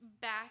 back